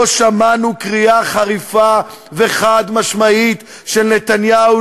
לא שמענו קריאה חריפה וחד-משמעית של נתניהו